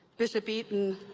bishop eaton,